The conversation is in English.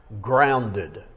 grounded